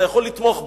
אתה יכול לתמוך בו.